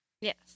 Yes